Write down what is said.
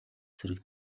зэрэг